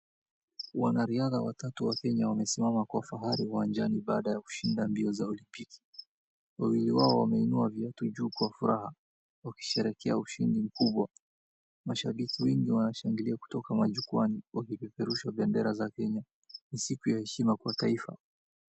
Wanariadha watatu wa Kenya wamesimama kwa fahari uwanjani baada ya kushinda mbio za olimpiki. Wawili wao wameinua viatu juu kwa furaha, wakisherehekea ushindi mkubwa. Mashabiki wengi wanashangilia kutoka majukwani wakipeperusha bendera za Kenya. Ni siku ya heshima kwa taifa.